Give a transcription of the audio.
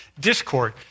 discord